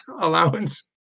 allowance